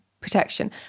protection